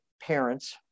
parents